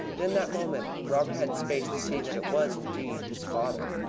but in that moment robert had space to see that it was indeed his father.